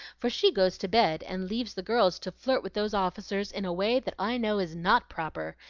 for she goes to bed and leaves the girls to flirt with those officers in a way that i know is not proper,